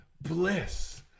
bliss